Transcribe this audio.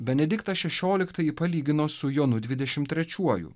benediktą šešioliktąjį palygino su jonu dvidešimt trečiuoju